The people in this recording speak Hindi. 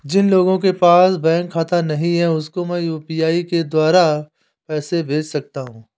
जिन लोगों के पास बैंक खाता नहीं है उसको मैं यू.पी.आई के द्वारा पैसे भेज सकता हूं?